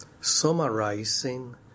summarizing